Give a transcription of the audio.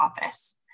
Office